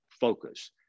focus